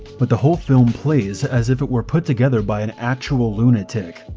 but the whole film plays as if it were put together by an actual lunatic.